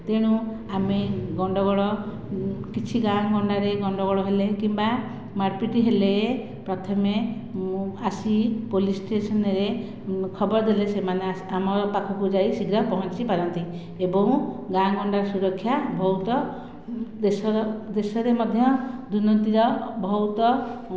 ତେଣୁ ଆମେ ଗଣ୍ଡଗୋଳ କିଛି ଗାଁ ଗଣ୍ଡା ରେ ଗଣ୍ଡଗୋଳ ହେଲେ କିମ୍ବା ମାରପିଟ ହେଲେ ପ୍ରଥମେ ମୁଁ ଆସି ପୋଲିସ ଷ୍ଟେସନ୍ ରେ ମୁଁ ଖବର ଦେଲେ ସେମାନେ ଆସି ଆମପାଖକୁ ଯାଇ ଶୀଘ୍ର ପହଞ୍ଚି ପାରନ୍ତି ଏବଂ ଗାଁ ଗଣ୍ଡାରେ ସୁରକ୍ଷା ବହୁତ ଦେଶର ଦେଶରେ ମଧ୍ୟ ଦୁର୍ନୀତି ର ବହୁତ